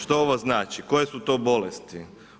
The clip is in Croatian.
Što ovo znači, koje su to bolesti?